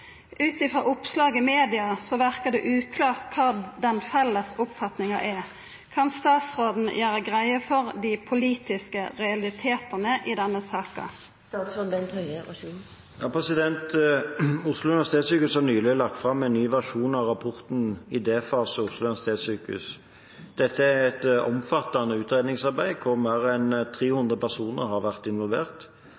Ut frå oppslag i media verkar det uklart kva den felles oppfatninga er. Kan statsråden gjera greie for dei politiske realitetane i denne saka?» Oslo universitetssykehus har nylig lagt fram en ny versjon av rapporten «Idéfaserapport Oslo universitetssykehus». Dette er et omfattende utredningsarbeid der mer enn 300 personer har vært involvert.